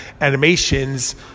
animations